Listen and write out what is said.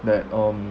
that um